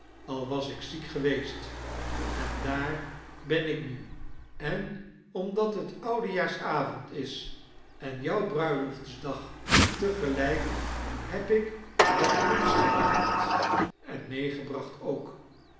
al was ik zlek geweest en daar ben ik nu en omdat het oudejaajsavond is en jou bruiloftsdag te gelijk heb ik wat pons gemaakt en meegebracht ook